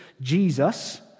Jesus